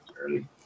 early